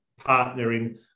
partnering